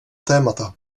témata